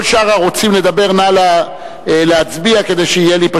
כל שאר הרוצים לדבר, נא להצביע כדי שתהיה לי את